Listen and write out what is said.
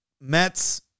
Mets